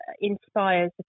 inspires